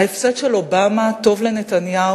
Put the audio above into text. ההפסד של אובמה טוב לנתניהו,